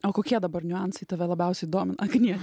o kokie dabar niuansai tave labiausiai domina agniete